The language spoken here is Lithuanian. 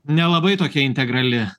nelabai tokia integrali